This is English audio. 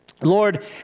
Lord